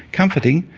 comforting,